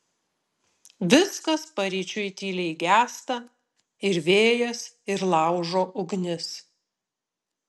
viskas paryčiui tyliai gęsta ir vėjas ir laužo ugnis